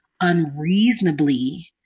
unreasonably